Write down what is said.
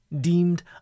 deemed